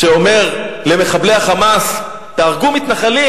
שאומר למחבלי ה"חמאס": תהרגו מתנחלים,